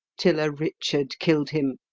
till a richard kill'd him.